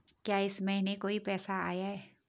क्या इस महीने कोई पैसा आया है?